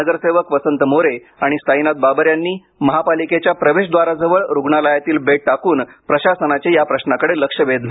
नगरसेवक वसंत मोरे आणि साईनाथ बाबर यांनी महापालिकेच्या प्रवेशद्वाराजवळ रुग्णालयातील बेड टाकून प्रशासनाचं या प्रश्नाकडे लक्ष वेधलं